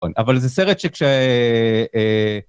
אבל זה סרט שכשה...